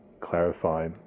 clarify